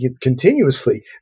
continuously